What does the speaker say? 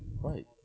Right